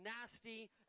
nasty